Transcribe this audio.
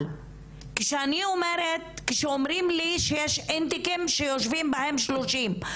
אבל כשאומרים לי שיש אינטייקים שיושבים בהם 30 איש